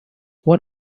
what